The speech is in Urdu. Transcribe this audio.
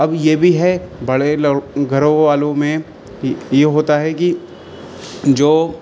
اب یہ بھی ہے بڑے لڑ گھروں والوں میں یہ ہوتا ہے کہ جو